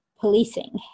policing